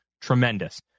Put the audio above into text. tremendous